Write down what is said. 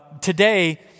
today